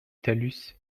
talus